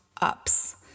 ups